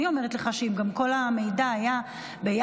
אני אומרת לך שאם כל המידע היה ביחד,